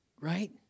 right